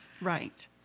Right